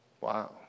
Wow